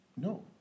No